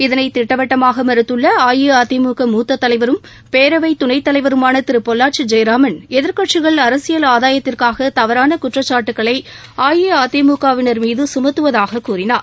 இதனைத் திட்டவட்டமாக மறுத்துள்ள அஇஅதிமுக மூத்த தலைவரும் துணை சபாநாயகருமான திரு பொள்ளாச்சி ஜெயராமன் எதிர்க்கட்சிகள் அரசியல் ஆதாயத்திற்காக தவறான குற்றச்சாட்டுகளை அஇஅதிமுக வினர் மீது சுமத்துவதாக கூறினார்